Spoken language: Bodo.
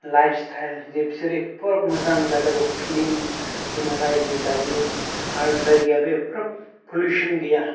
लाइफ स्टाइल बिसोरो एफाराब मोजां जायगाखौ क्लिन रायजो जायो आरो जायगायाबो एफाराब पलिउसन गैया